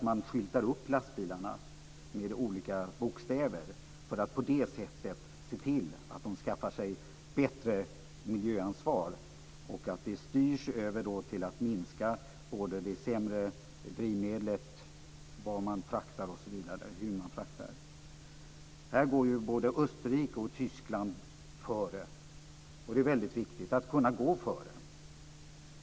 Man skyltar upp lastbilarna med olika bokstäver för att på det sättet se till att de skaffar sig ett bättre miljöansvar. Det innebär att man styr över till att minska det sämre drivmedlet och tittar på vad man fraktar och hur man fraktar det osv. Här går både Österrike och Tyskland före. Det är väldigt viktigt att kunna gå före.